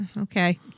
Okay